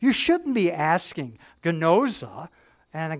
you shouldn't be asking god knows and a